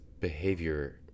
behavior